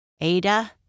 Ada